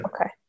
Okay